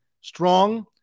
strong